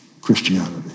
Christianity